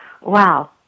wow